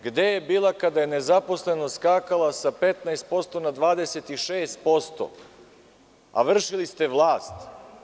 Gde je bila kada je nezaposlenost skakala sa 15% na 26%, a vršili ste vlast?